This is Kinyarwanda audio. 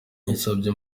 yasabye